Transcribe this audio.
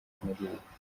nk’iriya